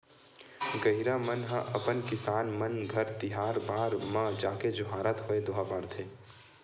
गहिरा मन ह अपन किसान मन घर तिहार बार म जाके जोहारत होय दोहा पारथे